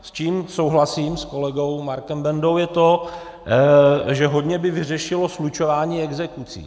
S čím souhlasím s kolegou Markem Bendou, je to, že by hodně vyřešilo slučování exekucí.